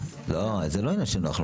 זה לא עניין של נוח.